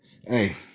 Hey